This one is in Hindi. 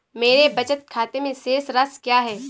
मेरे बचत खाते में शेष राशि क्या है?